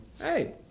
hey